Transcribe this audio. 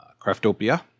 Craftopia